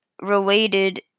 related